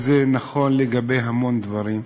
וזה נכון לגבי המון דברים,